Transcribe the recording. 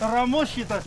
ramus šitas